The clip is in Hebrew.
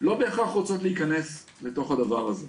לא בהכרח רוצות להיכנס לתוך הדבר הזה,